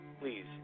please